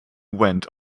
went